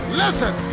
listen